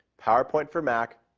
powerpoint for mac,